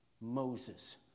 Moses